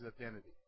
identity